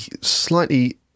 slightly